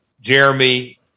Jeremy